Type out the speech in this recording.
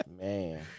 man